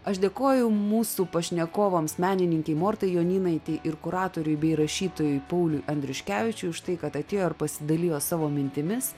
aš dėkoju mūsų pašnekovams menininkei morta jonynaitė ir kuratoriui bei rašytojui pauliui andriuškevičiui už tai kad atėjo ar pasidalijo savo mintimis